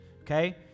Okay